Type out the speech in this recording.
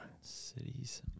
Cities